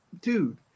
Dude